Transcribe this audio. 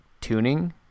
tuning